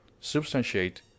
substantiate